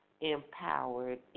empowered